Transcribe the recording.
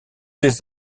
des